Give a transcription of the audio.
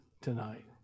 tonight